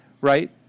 right